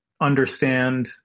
understand